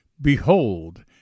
Behold